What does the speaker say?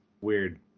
weird